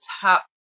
top